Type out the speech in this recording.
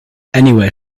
anywhere